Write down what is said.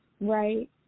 Right